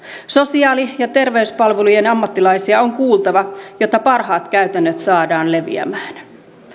sosiaali ja terveyspalvelujen ammattilaisia on kuultava jotta parhaat käytännöt saadaan leviämään